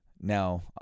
Now